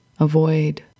avoid